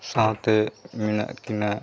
ᱥᱟᱶᱛᱮ ᱢᱮᱱᱟᱜ ᱠᱤᱱᱟ